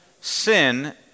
sin